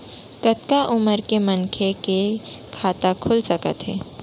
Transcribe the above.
कतका उमर के मनखे के खाता खुल सकथे?